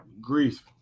grief